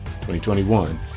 2021